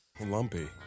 Lumpy